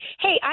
hey